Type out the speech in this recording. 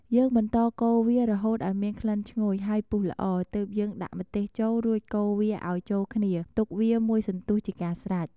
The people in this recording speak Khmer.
យើងបន្តកូរវារហូតឱ្យមានក្លិនឈ្ងុយ ហើយពុះល្អ ទើបយើងដាក់ម្ទេសចូលរួចកូរវាឱ្យចូលគ្នាទុកវាមួយសន្ទុះជាកាស្រេច។